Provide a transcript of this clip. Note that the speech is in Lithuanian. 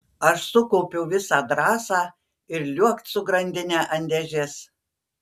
aš sukaupiau visą drąsą ir liuokt su grandine ant dėžės